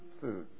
food